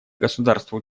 государства